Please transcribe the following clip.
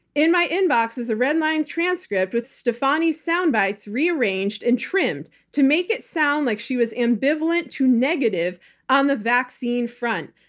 in my inbox was a redline transcript with stefanie's soundbites rearranged and trimmed to make it sound like she was ambivalent to negative on the vaccine front.